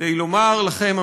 כדי לומר לכם,